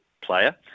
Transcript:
player